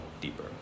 deeper